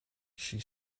she